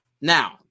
Now